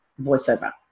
voiceover